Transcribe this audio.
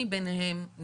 כמו שנפתלי אמר,